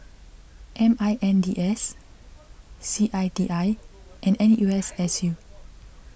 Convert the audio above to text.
M I N D S C I T I and N U S S U